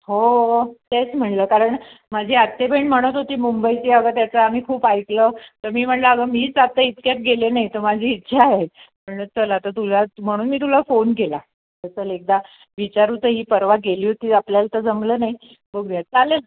हो तेच म्हणलं कारण माझी आत्तेबहीण म्हणत होती मुंबईची अगं त्याचं आम्ही खूप ऐकलं तर मी म्हणलं अगं मीच आत्ता इतक्यात गेले नाही तर माझी इच्छा आहे म्हणलं चल आता तुला म्हणून मी तुला फोन केला तर चल एकदा विचारू तर ही परवा गेली होती आपल्याला तर जमलं नाही बघूया चालेल